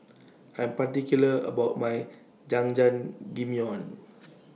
I Am particular about My Jajangmyeon